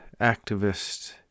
activist